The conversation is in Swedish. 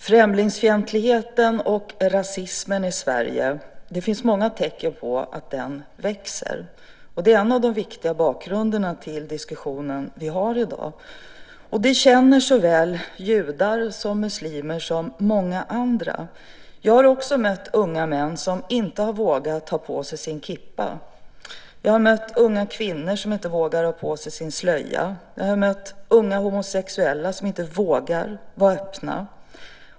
Fru talman! Det finns många tecken på att främlingsfientligheten och rasismen i Sverige växer. Det är en viktig del av bakgrunden till den diskussion vi har i dag. Det känner såväl judar som muslimer och många andra. Jag har mött unga män som inte har vågat ha på sig sin kippa, unga kvinnor som inte vågar ha på sig sin slöja och unga homosexuella som inte vågar vara öppna.